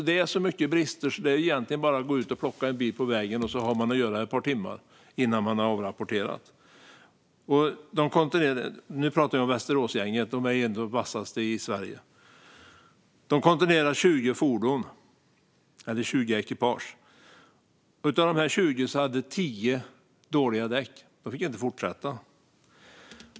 Det är så mycket brister att det egentligen bara är att gå ut och plocka en bil på vägen, och sedan har man att göra ett par timmar innan man avrapporterar. Nu pratar jag om Västeråsgänget, som är de vassaste i Sverige. De kontrollerade 20 ekipage, och av dessa hade 10 ekipage dåliga däck och fick inte fortsätta.